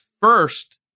first